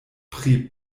pri